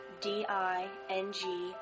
D-I-N-G